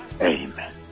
Amen